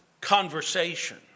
conversation